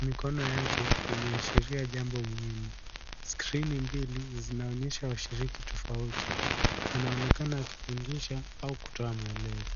mikono yake imeashiria jambo muhimu, skrini mbili zinaonyesha washiriki tofauti. Anaonekana akifundisha au kutoa maelezo.